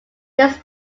this